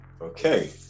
Okay